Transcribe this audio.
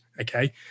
Okay